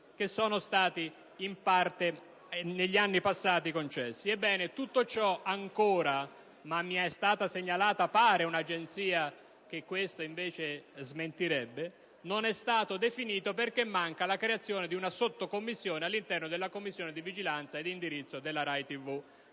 che sono stati in parte, negli anni passati, concessi. Ebbene, tutto ciò ancora - ma mi è stata segnalata un'agenzia che lo smentirebbe - non è stato definito perché manca la creazione di una sottocommissione all'interno della Commissione di vigilanza RAI. Manca la